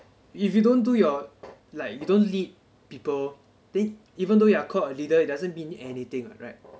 if you don't do your like you don't lead people then even though you are called leader it doesn't mean anything [what] right